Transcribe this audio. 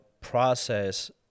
process